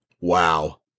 Wow